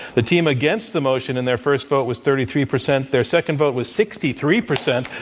the team against the motion in their first vote was thirty three percent their second vote was sixty three percent.